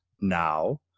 now